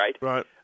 right